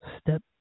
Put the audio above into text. Step